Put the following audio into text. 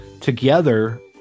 together